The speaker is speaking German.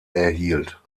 erhielt